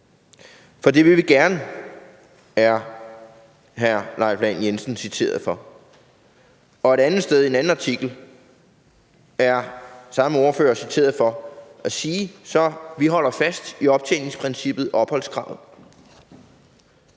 for det ville man gerne, blev hr. Leif Lahn Jensen citeret for at sige. Et andet sted i en anden artikel er samme ordfører citeret for at sige: »Så vi holder fast i optjeningsprincippet og opholdskravet